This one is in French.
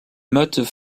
mottes